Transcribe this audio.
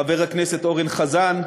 חבר הכנסת אורן חזן,